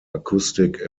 acoustic